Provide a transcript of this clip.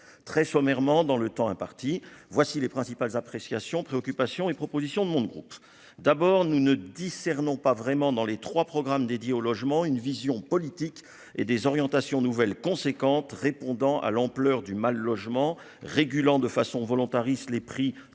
très sommairement dans le temps imparti, voici les principales appréciation préoccupations et propositions de mon groupe, d'abord nous ne discerne ont pas vraiment dans les 3 programmes dédiés au logement, une vision politique et des orientations nouvelles conséquente, répondant à l'ampleur du mal logement régulant de façon volontariste les prix